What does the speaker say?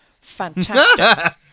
Fantastic